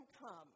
come